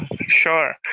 sure